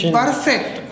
perfect